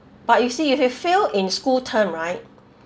but you see if you fail in school term right